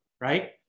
right